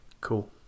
cool